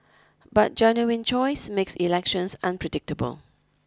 but genuine choice makes elections unpredictable